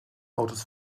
autos